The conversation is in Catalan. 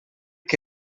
que